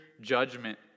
judgment